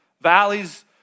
Valleys